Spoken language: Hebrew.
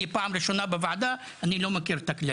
זו פעם ראשונה שלי בוועדה ואני לא מכיר את הכללים.